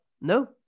no